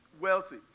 wealthy